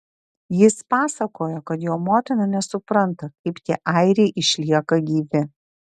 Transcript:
jis pasakojo kad jo motina nesupranta kaip tie airiai išlieka gyvi